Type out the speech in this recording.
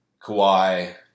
Kawhi